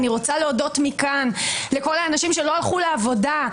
אני רוצה להודות מכאן לכל האנשים שלא הלכו לעבודה,